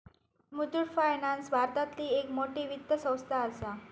Muthoot finance भारतातली एक मोठी वित्त संस्था आसा